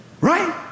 Right